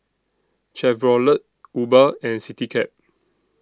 Chevrolet Uber and Citycab